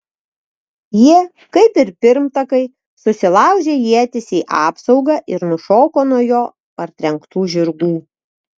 jie kaip ir pirmtakai susilaužė ietis į apsaugą ir nušoko nuo jo partrenktų žirgų